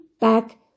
back